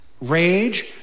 rage